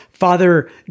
Father